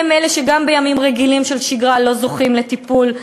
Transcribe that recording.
הם אלה שגם בימים רגילים של שגרה לא זוכים לטיפול,